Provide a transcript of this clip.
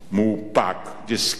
מאופק, דיסקרטי,